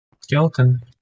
skeleton